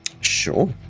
Sure